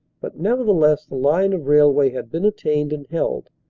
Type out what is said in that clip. but nevertheless the line of rail way had been attained and held,